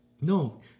no